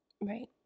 right